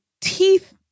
teeth